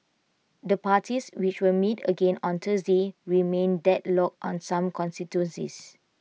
the parties which will meet again on Thursday remain deadlocked on some constituencies